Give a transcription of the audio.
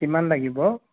কিমান লাগিব